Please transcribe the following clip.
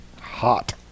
hot